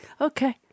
Okay